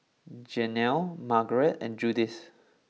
Jenelle Margarete and Judith